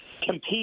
Compete